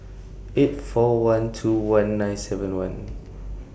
eight four one two one nine seven one